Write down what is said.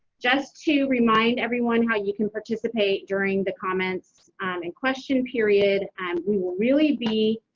just to remind everyone how you can participate during the comments and and question period, and we will really be